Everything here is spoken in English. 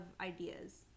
ideas